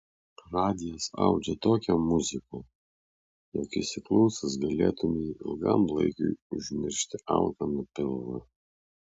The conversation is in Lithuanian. radijas audžia tokią muziką jog įsiklausęs galėtumei ilgam laikui užmiršti alkaną pilvą